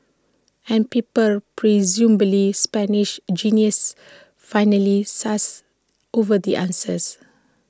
and people presumably Spanish geniuses finally sussed over the answers